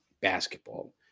basketball